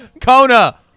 Kona